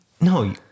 No